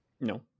No